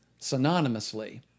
synonymously